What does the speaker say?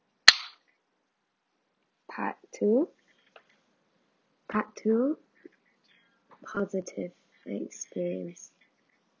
part two part two positive experience